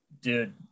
Dude